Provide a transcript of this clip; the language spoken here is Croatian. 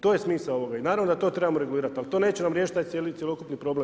To je smisao ovoga i naravno da to trebamo regulirati ali to neće nam riješiti taj cjelokupni problem.